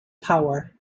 power